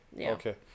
Okay